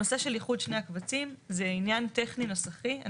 הנושא של איחוד שני הקבצים זה עניין טכני נוסחי.